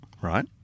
Right